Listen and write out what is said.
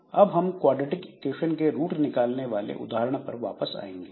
अब हम quadratic equation के रूट निकालने वाले उदाहरण पर वापस जाएंगे